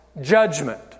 judgment